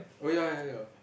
oh ya ya ya